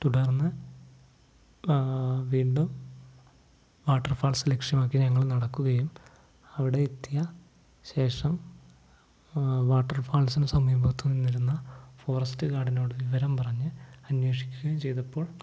തുടർന്ന് ആ വീണ്ടും വാട്ടർഫാൾസ് ലക്ഷ്യമാക്കി ഞങ്ങള് നടക്കുകയും അവിടെ എത്തിയ ശേഷം വാട്ടർഫാൾസിനു സമീപത്തു നിന്നിരുന്ന ഫോറസ്റ്റ് ഗാർഡിനോടു വിവരം പറഞ്ഞ് അന്വേഷിക്കുകയും ചെയ്തപ്പോൾ